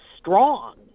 strong